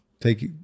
take